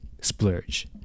splurge